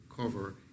cover